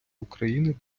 україни